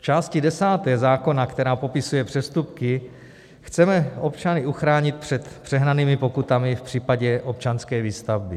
V části desáté zákona, která popisuje přestupky, chceme občany uchránit před přehnanými pokutami v případě občanské výstavby.